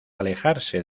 alejarse